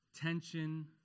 tension